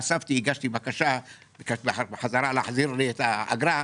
אספתי, הגשתי בקשה, ביקשתי להחזיר לי את האגרה.